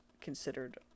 considered